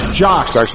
jocks